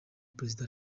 perezida